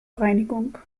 reinigung